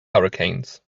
hurricanes